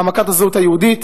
העמקת הזהות היהודית